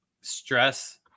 stress